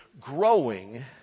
growing